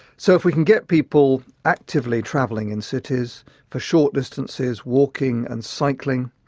so if we can get people actively travelling in cities for short distances, walking and cycling,